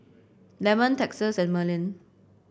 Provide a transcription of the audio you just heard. Lemon Texas and Merlin